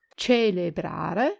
celebrare